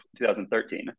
2013